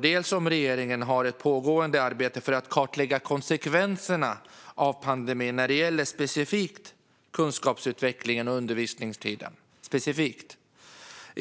Dels undrar jag om regeringen har ett pågående arbete för att kartlägga konsekvenserna av pandemin när det gäller specifikt kunskapsutvecklingen och undervisningstiden. Dels